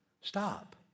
Stop